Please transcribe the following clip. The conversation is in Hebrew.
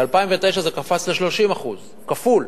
ב-2009 זה קפץ ל-30%, כפול.